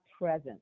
present